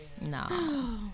No